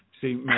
See